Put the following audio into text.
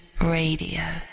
radio